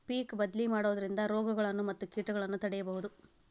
ಪಿಕ್ ಬದ್ಲಿ ಮಾಡುದ್ರಿಂದ ರೋಗಗಳನ್ನಾ ಮತ್ತ ಕೇಟಗಳನ್ನಾ ತಡೆಗಟ್ಟಬಹುದು